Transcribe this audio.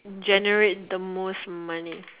generate the most money